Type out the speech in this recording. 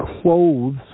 clothes